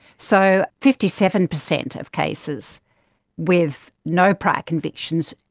so fifty seven percent of cases with no prior convictions,